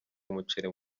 umuceri